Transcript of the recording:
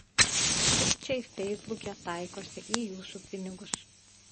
sukčiai feisbuke taikosi į jūsų pinigus